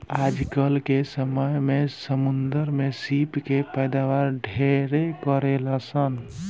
आजकल के समय में समुंद्र में सीप के पैदावार ढेरे करेलसन